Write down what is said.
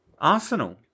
Arsenal